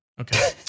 Okay